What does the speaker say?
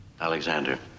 Alexander